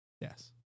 Yes